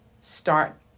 start